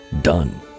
done